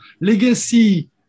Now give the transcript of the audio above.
legacy